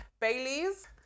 Baileys